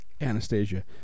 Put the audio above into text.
Anastasia